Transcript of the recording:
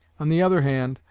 on the other hand,